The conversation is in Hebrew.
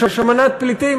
יש אמנה לגבי פליטים.